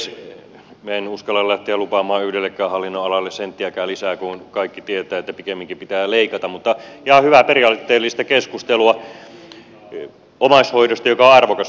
minä en uskalla lähteä lupaamaan yhdellekään hallinnonalalle senttiäkään lisää kun kaikki tietävät että pikemminkin pitää leikata mutta ihan hyvää periaatteellista keskustelua omaishoidosta joka on arvokas hoidon muoto